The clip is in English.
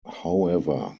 however